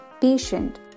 patient